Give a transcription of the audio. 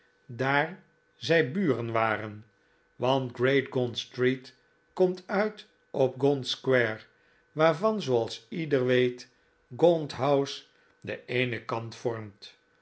daar zij buren waren want great gaunt street komt uit op gaunt square waarvan zooals ieder weet gaunt house de eene kant vormt